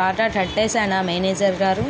బాగా కట్టేశానా మేనేజరు గారూ?